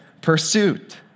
pursuit